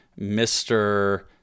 mr